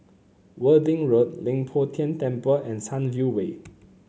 Worthing Road Leng Poh Tian Temple and Sunview Way